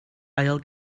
ail